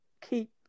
keep